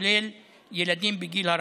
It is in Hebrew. כולל ילדים בגיל הרך.